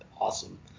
awesome